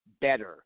better